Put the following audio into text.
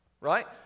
right